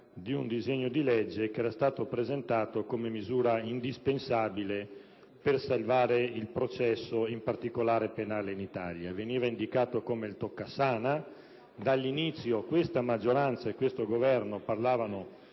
di un disegno di legge che era stato presentato come misura indispensabile per salvare il processo (in particolare penale) in Italia. Veniva indicato come il toccasana. Dall'inizio questa maggioranza e questo Governo parlavano